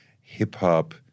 hip-hop